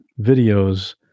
videos